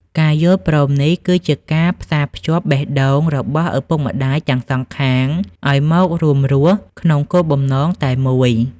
ការយល់ព្រមនេះគឺជាការផ្សារភ្ជាប់បេះដូងរបស់ឪពុកម្ដាយទាំងសងខាង ឱ្យមករួមរស់ក្នុងគោលបំណងតែមួយ។